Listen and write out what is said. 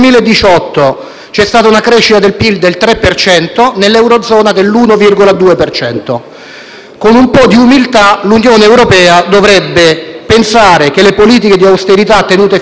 Con un po' di umiltà l'Unione europea dovrebbe pensare che le politiche di austerità tenute finora sono sbagliate e che la ricetta di Trump, invece, ha funzionato. La ricetta è molto semplice: